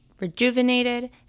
rejuvenated